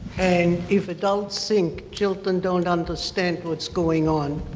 and if adults think children don't understand what's going on,